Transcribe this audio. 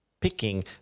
picking